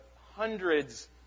hundreds